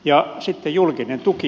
ja sitten julkinen tuki